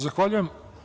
Zahvaljujem.